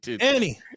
Annie